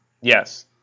Yes